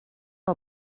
que